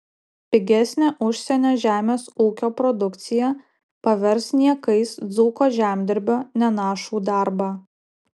pigesnė užsienio žemės ūkio produkcija pavers niekais dzūko žemdirbio nenašų darbą